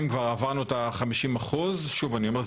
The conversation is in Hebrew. כבר עברנו את ה-50% שוב אני אומר,